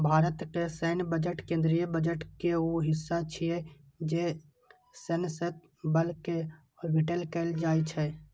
भारतक सैन्य बजट केंद्रीय बजट के ऊ हिस्सा छियै जे सशस्त्र बल कें आवंटित कैल जाइ छै